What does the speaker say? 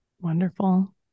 Wonderful